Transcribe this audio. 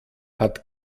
hat